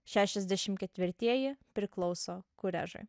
šešiasdešim ketvirtieji priklauso kurežui